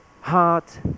Heart